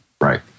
right